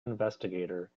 investigator